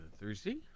Thursday